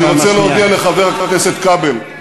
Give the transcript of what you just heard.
אני רוצה להודיע לחבר הכנסת כבל: